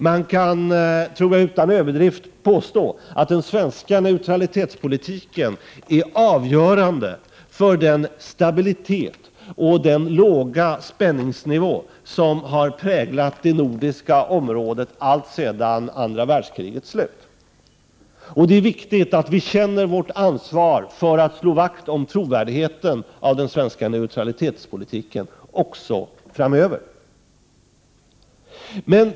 Jag tror att man utan överdrift kan påstå att den svenska neutralitetspolitiken är avgörande för den stabilitet och den låga spänningsnivå som präglat det nordiska området alltsedan andra världskrigets slut. Det är viktigt att vi känner vårt ansvar för att även framöver slå vakt om den svenska neutralitetspolitikens trovärdighet.